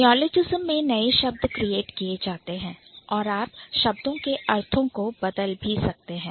Neologism में नए शब्द create किए जाते हैं और आप शब्दों के अर्थ को बदल भी सकते हैं